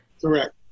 Correct